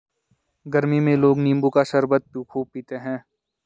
गरमी में लोग नींबू का शरबत खूब पीते है